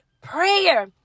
prayer